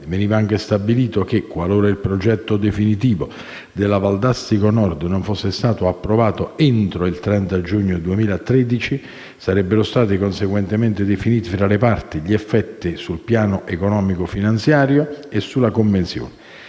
Veniva anche stabilito che, qualora il progetto definitivo della Valdastico Nord non fosse stato approvato entro il 30 giugno 2013, sarebbero stati conseguentemente definiti tra le parti gli effetti sul piano economico finanziario (PEF) e sulla convenzione.